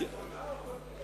רק הצתה או כל פגיעה,